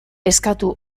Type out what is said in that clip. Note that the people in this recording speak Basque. eskatu